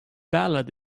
ballad